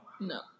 No